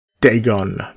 Dagon